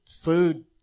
food